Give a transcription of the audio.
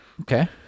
Okay